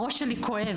הראש שלי כואב.